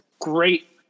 great